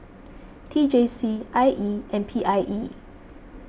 T J C I E and P I E